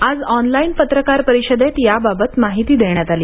आज ऑनलाईन पत्रकार परिषदेत याबाबत माहिती देण्यात आली